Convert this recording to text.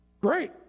Great